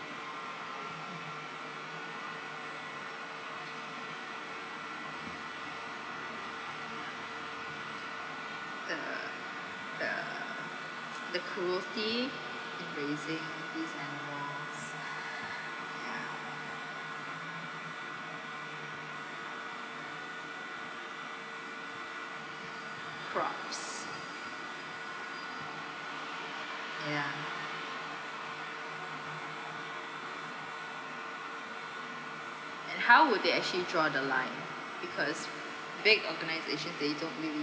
uh uh the cruelty embracing these memoirs ya crops ya and how would they actually draw the line because big organisation they don't really